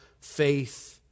faith